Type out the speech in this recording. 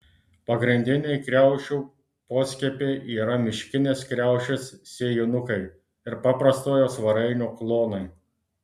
pagrindiniai kriaušių poskiepiai yra miškinės kriaušės sėjinukai ir paprastojo svarainio klonai